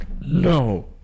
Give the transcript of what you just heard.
No